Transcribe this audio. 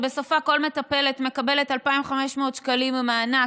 שבסופה כל מטפלת מקבלת 2,500 שקלים מענק,